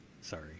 Sorry